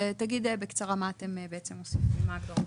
תגיד בקצרה מה בעצם אתם עושים, למה הכוונה.